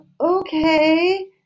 okay